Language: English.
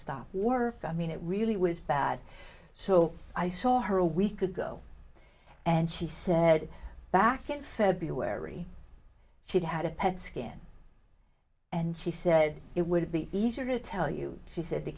stop or i mean it really was bad so i saw her a week ago and she said back in february she'd had a pet scan and she said it would be easier to tell you she said the